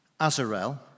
Azarel